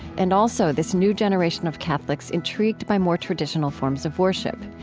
and also this new generation of catholics intrigued by more traditional forms of worship.